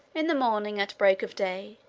in the morning, at break of day,